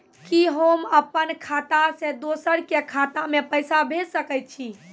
कि होम अपन खाता सं दूसर के खाता मे पैसा भेज सकै छी?